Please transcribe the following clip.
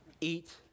eat